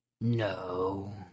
no